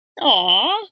Aw